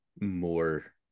more